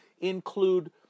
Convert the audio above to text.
include